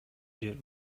жер